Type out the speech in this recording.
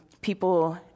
people